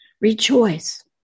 Rejoice